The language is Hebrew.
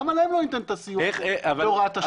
למה להם לא ניתן את הסיוע בהוראת השעה?